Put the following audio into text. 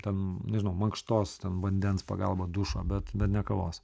ten nuo mankštos ten vandens pagalba dušo bet bet ne kavos